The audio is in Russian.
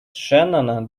шеннона